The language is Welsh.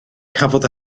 cafodd